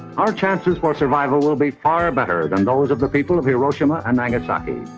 our chances for survival will be far better than those of the people of hiroshima and nagasaki,